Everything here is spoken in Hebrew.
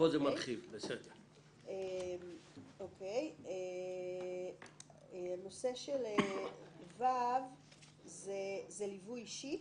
זאת אומרת, כל ילד בגן ילדים.